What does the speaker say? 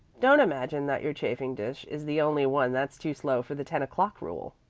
don't imagine that your chafing-dish is the only one that's too slow for the ten-o'clock rule.